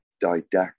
didactic